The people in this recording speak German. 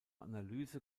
analyse